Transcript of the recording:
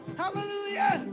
hallelujah